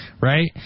right